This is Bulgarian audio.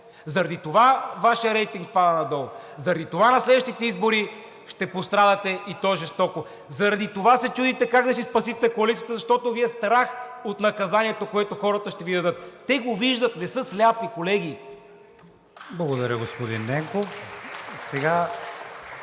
Заради това Вашият рейтинг пада надолу, заради това на следващите избори ще пострадате, и то жестоко! Заради това се чудите как да си спасите коалицията, защото Ви е страх от наказанието, което хората ще Ви дадат – те го виждат, не са слепи, колеги! (Ръкопляскания от